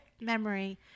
memory